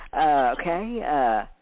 okay